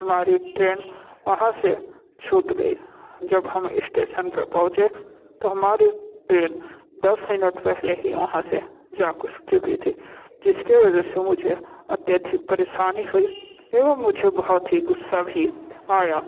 हमारी ट्रेन वहाँ से छूट गई जब हम स्टेशन पर पहुँचे तो हमारी ट्रेन दस मिनट पहले ही वहाँ से जा चुकी थी जिसके वजह से मुझे अत्यधिक परेशानी हुई एवं मुझे बहुत ही गुस्सा भी आया